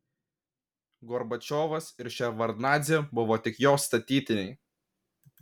gorbačiovas ir ševardnadzė buvo tik jo statytiniai